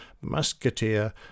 Musketeer